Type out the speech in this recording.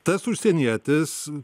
tas užsienietis